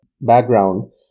background